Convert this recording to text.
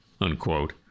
unquote